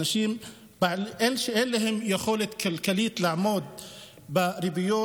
לאנשים שאין להם יכולת כלכלית לעמוד בריביות